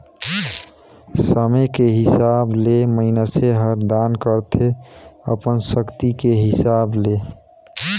समे के हिसाब ले मइनसे हर दान करथे अपन सक्ति के हिसाब ले